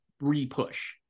re-push